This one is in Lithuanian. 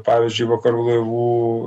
pavyzdžiui vakarų laivų